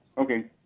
okay,